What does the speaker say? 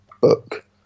book